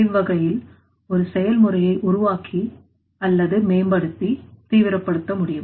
இவ்வகையில் ஒரு செயல்முறையை உருவாக்கி அல்லது மேம்படுத்தி தீவிரப்படுத்த முடியும்